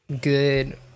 good